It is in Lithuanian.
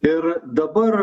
ir dabar